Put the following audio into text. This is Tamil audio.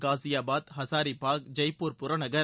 காஸியாபாத் ஹசாரிபாக் ஜெய்ப்பூர் புறநகர்